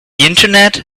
internet